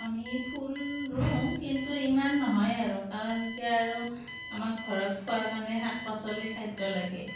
আমি ফুল ৰুওঁ কিন্তু ইমান নহয় আৰু কাৰণ এতিয়া আৰু আমাক ঘৰত খোৱাৰ কাৰণে শাক পাচলি খাদ্য লাগে